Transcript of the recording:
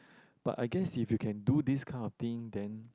but I guess if you can do this kind of thing then